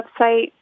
website